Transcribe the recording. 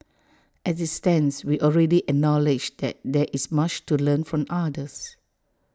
as IT stands we already acknowledge that there is much to learn from others